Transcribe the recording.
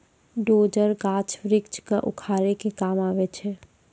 dozer, गाछ वृक्ष क उखाड़े के काम आवै छै